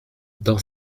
dans